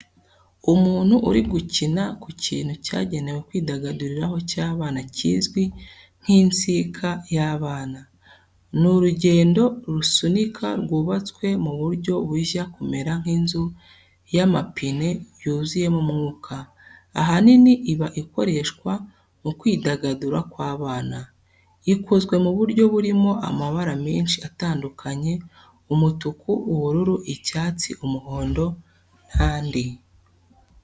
Umuntu uri gukina ku kintu cyagenewe kwidagaduriraho cy'abana kizwi nk'insika y’abana. Ni urugendo rusunika rwubatswe mu buryo bujya kumera nk’inzu y’amapine yuzuyemo umwuka, ahanini iba ikoreshwa mu kwidagadura kw’abana. Ikozwe mu buryo burimo amabara menshi atandukanye umutuku, ubururu, icyatsi, umuhondo n’andi.